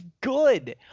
good